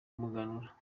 w’umuganura